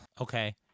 Okay